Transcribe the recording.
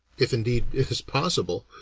if indeed it is possible,